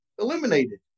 eliminated